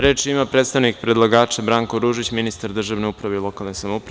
Reč ima predstavnik predlagača Branko Ružić, ministar državne uprave i lokalne samouprave.